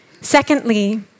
Secondly